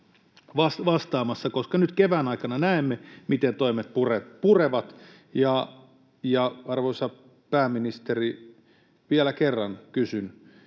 koska nyt kevään aikana näemme, miten toimet purevat. Arvoisa pääministeri, vielä kerran kysyn: